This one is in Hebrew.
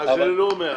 בבקשה,